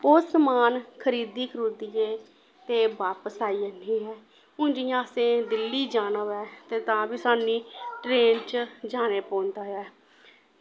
ओह् समान खरीदी खरूदियै ते बापस आई जन्ने ऐं हून जि'यां असें दिल्ली जाना होऐ ते तां बी सानूं ट्रेन च जाने पौंदा ऐ